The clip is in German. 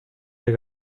der